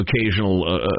occasional